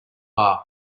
bar